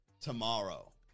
tomorrow